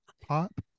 pop